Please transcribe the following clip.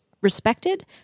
respected